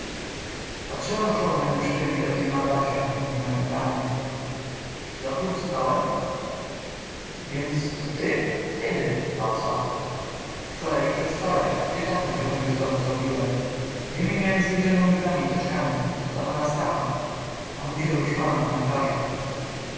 w środku patrzyłem oszołomiony przykrym widokiem na adasia z niemem pytaniem czy dobrze usypałem więc to ty kiedy poco wczoraj i przedwczoraj kiedy tatuś wychodził z domu zrobiłem ziemię miałem zwiezioną już dawniej taczkami to dla pana stacha mamusia ma już na cmentarzu